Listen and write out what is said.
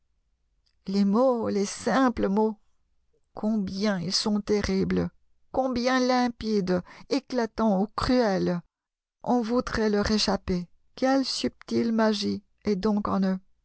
les mots les simples mots combien ils sont terribles combien limpides éclatants ou cruels on voudrait leur échapper quelle subtile magie est